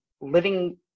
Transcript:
living